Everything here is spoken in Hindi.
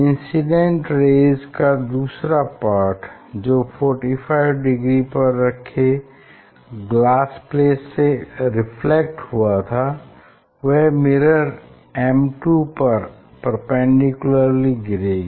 इंसिडेंट रेज़ का दूसरा पार्ट जो 45 डिग्री पर रखे ग्लास प्लेट से रिफ्लेक्ट हुआ था वह मिरर M2 पर परपेँडिकुलरली गिरेगी